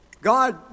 God